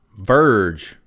Verge